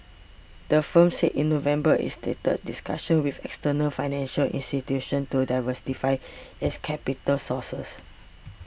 the firm said in November it's started discussions with external financial institutions to diversify its capital sour sources